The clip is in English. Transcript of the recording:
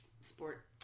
sport